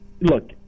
look